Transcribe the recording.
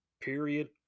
Period